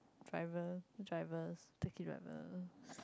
driver drivers taxi drivers